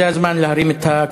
אבל אין בית-חולים ממשלתי בנצרת,